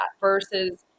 versus